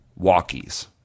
walkies